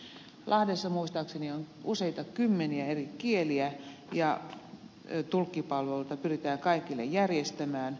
lahdessa muistaakseni on useita kymmeniä eri kieliä ja tulkkipalveluita pyritään kaikille järjestämään